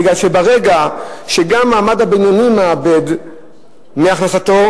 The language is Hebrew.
בגלל שברגע שגם המעמד הבינוני מאבד מהכנסתו,